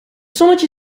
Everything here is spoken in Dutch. zonnetje